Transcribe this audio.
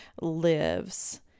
lives